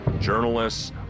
journalists